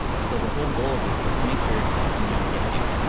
so the whole goal of this is to make sure you don't get duped.